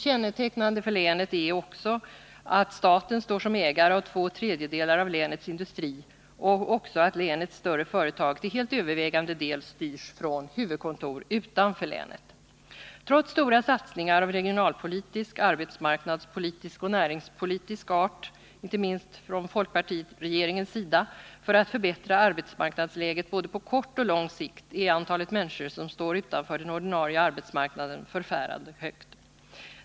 Kännetecknande för länet är också att staten står som ägare av två tredjedelar av länets industri och även att länets större företag till helt övervägande del styrs från huvudkontor utanför länet. Trots stora satsningar av regionalpolitisk, arbetsmarknadspolitisk och näringspolitisk art, inte minst från folkpartiregeringens sida, för att förbättra arbetsmarknadsläget både på kort och på lång sikt, är antalet människor som står utanför den ordinarie arbetsmarknaden förfärande högt.